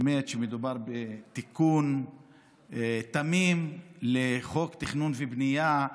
באמת שמדובר בתיקון תמים לחוק תכנון ובנייה,